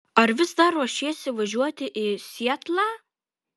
ar vis dar ruošiesi važiuoti į sietlą